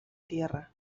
tierra